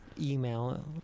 email